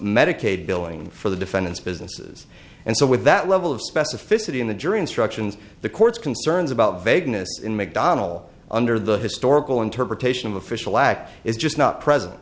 medicaid billing for the defendant's businesses and so with that level of specificity in the jury instructions the court's concerns about vagueness in mcdonnell under the historical interpretation of official act is just not present